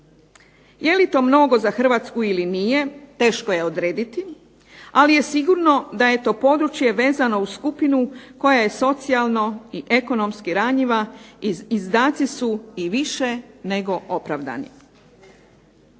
Je li to mnogo za Hrvatsku ili nije, teško je odrediti. Ali je sigurno da je to područje vezano uz skupinu koja je socijalno i ekonomski ranjiva i izdaci su i više nego opravdani.